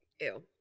ew